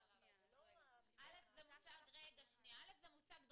אל"ף, זה מוצג דרקוני,